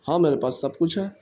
ہاں میرے پاس سب کچھ ہے